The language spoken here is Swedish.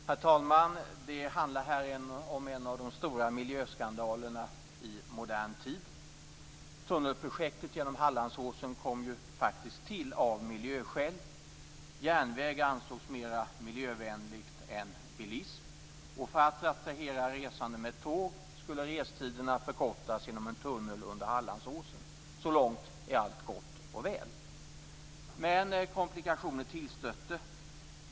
Herr talman! Det handlar här om en av de större miljöskandalerna i modern tid. Tunnelprojektet genom Hallandsåsen kom faktiskt till av miljöskäl. Järnväg ansågs mer miljövänligt än bilism, och för att attrahera resande med tåg skulle restiderna förkortas genom en tunnel under Hallandsåsen. Så långt är allt gott och väl. Men komplikationer tillstötte.